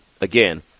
again